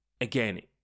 again